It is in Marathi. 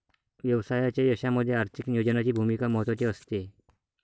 व्यवसायाच्या यशामध्ये आर्थिक नियोजनाची भूमिका महत्त्वाची असते